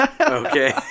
Okay